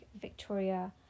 Victoria